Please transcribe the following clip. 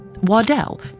Waddell